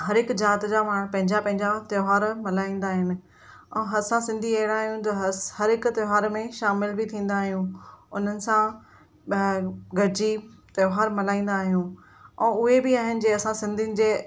हरेकु जात जा माण्हू पंहिंजा पंहिंजा त्योहार मल्हाईंदा आहिनि असां सिंधी अहिड़ा आहियूं जो हरेकु त्योहार में शामिलु बि थींदा आहियूं उन्हनि सां गॾिजी त्योहार मल्हाईंदा आहियूं उहे बि आहिनि जंहिं असां सिंधियुनि जे